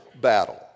battle